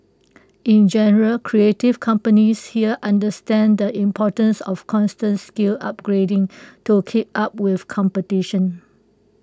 in general creative companies here understand the importance of constant skills upgrading to keep up with competition